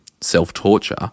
self-torture